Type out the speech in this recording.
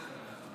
תוצאות ההצבעה